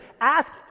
ask